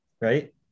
right